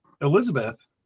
Elizabeth